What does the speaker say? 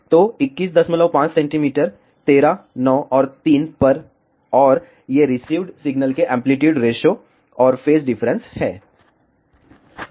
तो 215 सेंटीमीटर 13 9 और 3 पर और ये रिसीव्ड सिग्नल के एंप्लीट्यूड रेशों और फेज डिफरेंस हैं